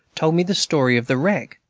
told me the story of the wreck.